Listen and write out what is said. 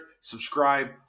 subscribe